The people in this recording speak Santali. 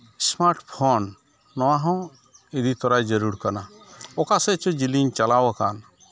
ᱥᱢᱟᱨᱴ ᱯᱷᱳᱱ ᱱᱚᱣᱟ ᱦᱚᱸ ᱤᱫᱤ ᱛᱚᱨᱟᱭ ᱡᱟᱹᱨᱩᱲ ᱠᱟᱱᱟ ᱚᱠᱟ ᱥᱮᱫ ᱪᱚᱝ ᱡᱤᱞᱤᱧ ᱪᱟᱞᱟᱣ ᱟᱠᱟᱱ